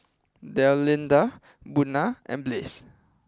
Delinda Buna and Blaze